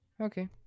Okay